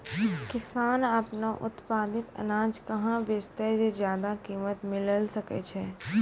किसान आपनो उत्पादित अनाज कहाँ बेचतै जे ज्यादा कीमत मिलैल सकै छै?